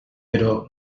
però